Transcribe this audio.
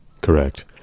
Correct